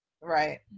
right